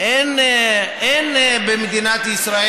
כבוד השר,